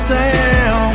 town